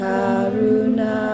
Karuna